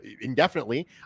indefinitely